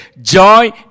joy